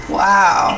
wow